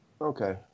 Okay